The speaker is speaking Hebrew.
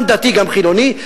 גם דתי גם חילוני,